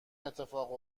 اتفاق